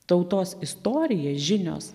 tautos istorija žinios